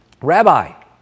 Rabbi